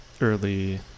early